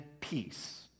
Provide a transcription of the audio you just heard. peace